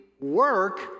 work